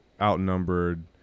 outnumbered